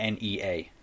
NEA